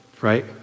Right